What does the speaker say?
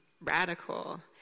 Radical